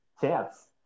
chance